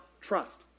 trust